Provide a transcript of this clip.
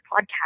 Podcast